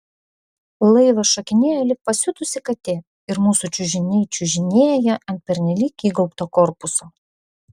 laivas šokinėja lyg pasiutusi katė ir mūsų čiužiniai čiužinėja ant pernelyg įgaubto korpuso